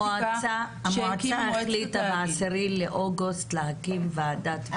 המועצה החליטה ב-10 לאוגוסט להקים ועדת בדיקה,